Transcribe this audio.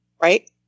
right